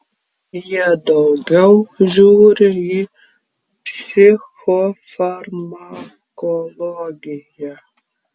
jie daugiau žiūri į psichofarmakologiją